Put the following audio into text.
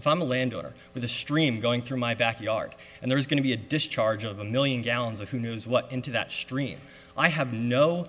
if i'm a land owner with a stream going through my backyard and there is going to be a discharge of a million gallons of who knows what into that stream i have no